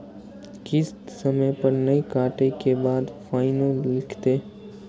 किस्त समय पर नय कटै के बाद फाइनो लिखते?